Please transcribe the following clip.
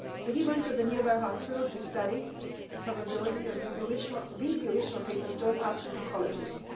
so he went to the nearby hospital to study the probability of the original ah read the original papers. don't ask an oncologist,